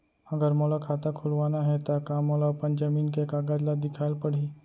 अगर मोला खाता खुलवाना हे त का मोला अपन जमीन के कागज ला दिखएल पढही?